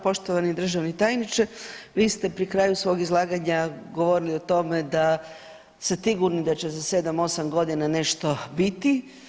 Poštovani državni tajniče, vi ste pri kraju svog izlaganja govorili o tome da ste sigurni da će za 7-8.g. nešto biti.